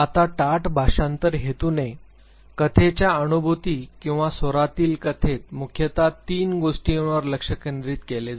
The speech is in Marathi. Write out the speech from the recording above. आता टाट भाषांतर हेतूने कथेच्या अनुभूती किंवा स्वरातील कथेत मुख्यतः तीन गोष्टींवर लक्ष केंद्रित केले जाते